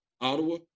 Ottawa